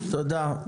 תודה רבה.